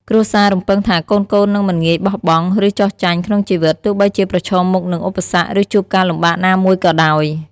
គ្រួសាររំពឹងថាកូនៗនឹងមិនងាយបោះបង់ ឬចុះចាញ់ក្នុងជីវិត ទោះបីជាប្រឈមមុខនឹងឧបសគ្គ ឬជួបការលំបាកណាមួយក៏ដោយ។